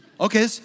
Okay